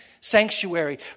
sanctuary